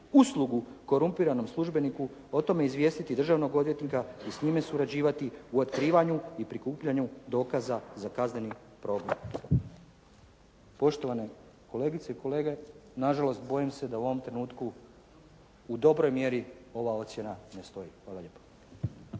uslugu korumpiranom službeniku o tome izvijestiti državnog odvjetnika i s njime surađivati u otkrivanju i prikupljanju dokaza za kazneni progon." Poštovane kolegice i kolege, na žalost bojim se da u ovom trenutku u dobroj mjeri ova ocjena ne stoji. Hvala lijepo.